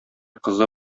кызы